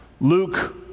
Luke